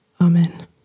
Amen